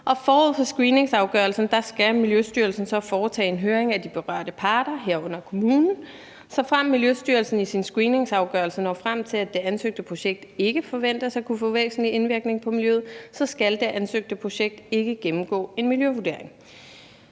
forud for screeningsafgørelsen skal Miljøstyrelsen så foretage en høring af de berørte parter, herunder kommunen. Såfremt Miljøstyrelsen i sin screeningsafgørelse når frem til, at det ansøgte projekt ikke forventes at kunne få væsentlig indvirkning på miljøet, skal det ansøgte projekt ikke gennemgå en miljøvurdering.